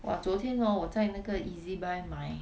!wah! 昨天 hor 我在那个 Ezbuy 买